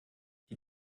die